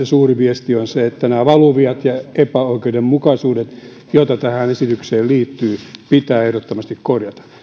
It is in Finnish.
suuri viesti on varmaan se että nämä valuviat ja epäoikeudenmukaisuudet joita tähän esitykseen liittyy pitää ehdottomasti korjata